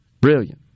brilliant